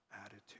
attitude